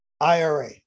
IRA